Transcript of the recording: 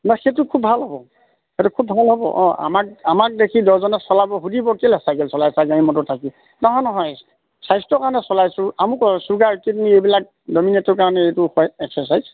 নাই সেইটো খুব ভাল হ'ব সেইটো খুব ভাল হ'ব অঁ আমাক আমাক দেখি দহজনে চলাব সুধিব কেলেই চাইকেল চলাইছা গাড়ী মটৰ থাকি নহয় নহয় স্বাস্থ্যৰ কাৰণে চলাইছোঁ আমুকৰ কাৰণে চলাইছোঁ চুগাৰ কিডনী এইবিলাক ডমিনেটৰ কাৰণে এইটো হয় এক্সাৰচাইজ